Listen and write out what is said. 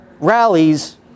rallies